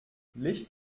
licht